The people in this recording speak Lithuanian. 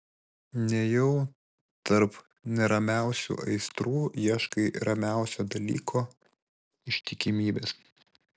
nejau tarp neramiausių aistrų ieškai ramiausio dalyko ištikimybės